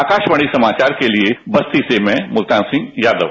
आकाशवाणी समाचार के लिए बस्ती से मैं मुल्तान सिंह यादव